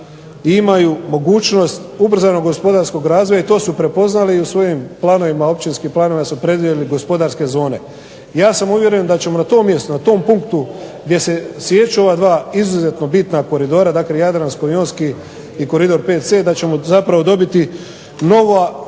imaju mogućnost ubrzanog gospodarskog razvoja i to su prepoznali i u svojim planovima, općinskim planovima su predvidjeli gospodarske zone. Ja sam uvjeren da ćemo na tom mjestu, na tom punktu gdje se sijeku ova dva izuzetno bitna koridora, dakle jadransko-jonski i koridor 5C da ćemo zapravo dobiti novo